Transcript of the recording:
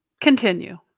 continue